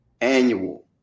Annual